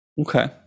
Okay